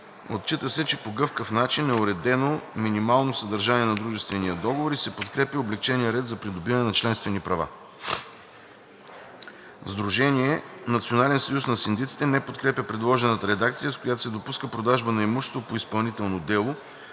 Отчита се, че по гъвкав начин е уредено минимално съдържание на дружествения договор и се подкрепя облекченият ред за придобиване на членствени права. Сдружение „Национален съюз на синдиците“ не подкрепя предложената редакция, с която се допуска продажба на имущество по изпълнително дело,